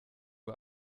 uhr